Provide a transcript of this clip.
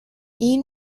ийм